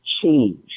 change